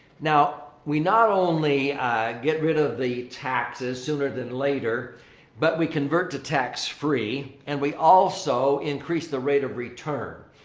now, we not only get rid of the taxes sooner than later but we convert to tax-free and we also increase the rate of return.